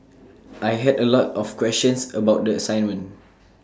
I had A lot of questions about the assignment